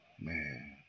man